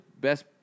best